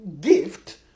gift